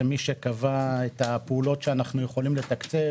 מי שקבע את הפעולות שאנחנו יכולים לתקצב,